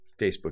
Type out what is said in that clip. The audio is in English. Facebook